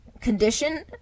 Condition